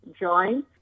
join